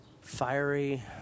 fiery